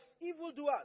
evildoers